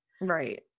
Right